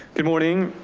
good morning,